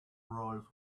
roles